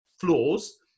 flaws